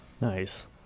nice